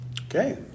Okay